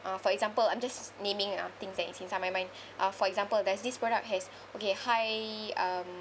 uh for example I'm just naming ah things that is inside my mind uh for example does this product has okay high um